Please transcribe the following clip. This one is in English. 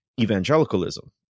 evangelicalism